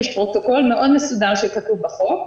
יש פרוטוקול מאוד מסודר שכתוב בחוק,